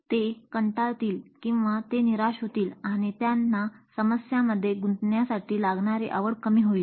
ते कंटाळतील किंवा ते निराश होतील आणि त्यांना समस्यामध्ये गुंतण्यासाठी लागणारी आवड कमी होईल